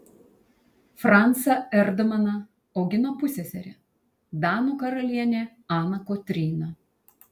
francą erdmaną augino pusseserė danų karalienė ana kotryna